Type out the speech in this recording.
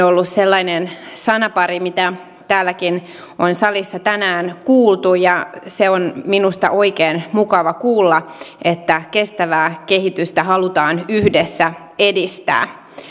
ollut sellainen sanapari mitä täälläkin on salissa tänään kuultu ja se on minusta oikein mukava kuulla että kestävää kehitystä halutaan yhdessä edistää